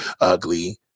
Ugly